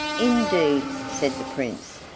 indeed, said the prince,